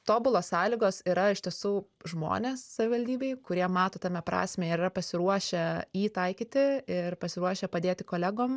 tobulos sąlygos yra iš tiesų žmonės savivaldybėj kurie mato tame prasmę ir yra pasiruošę jį taikyti ir pasiruošę padėti kolegom